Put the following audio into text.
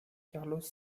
carlos